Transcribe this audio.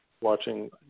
watching